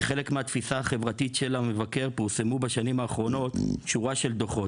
כחלק מהתפיסה החברתית של המבקר פורסמו בשנים האחרונות שורה של דוחות,